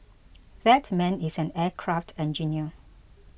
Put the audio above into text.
that man is an aircraft engineer